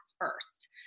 first